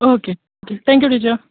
okay thank you teacher